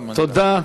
תודה.